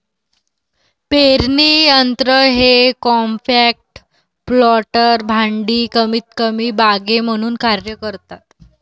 पेरणी यंत्र हे कॉम्पॅक्ट प्लांटर भांडी कमीतकमी बागे म्हणून कार्य करतात